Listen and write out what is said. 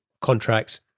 contracts